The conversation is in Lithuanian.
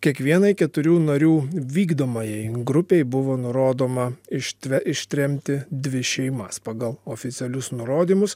kiekvienai keturių narių vykdomajai grupei buvo nurodoma ištve ištremti dvi šeimas pagal oficialius nurodymus